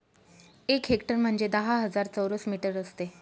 एक हेक्टर म्हणजे दहा हजार चौरस मीटर असते